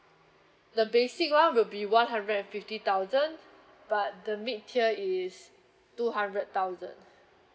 the basic one will be one hundred and fifty thousand but the mid tier is two hundred thousand